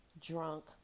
drunk